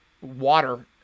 water